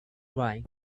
line